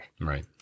Right